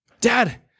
Dad